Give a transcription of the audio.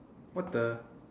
what the